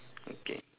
okay